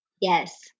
yes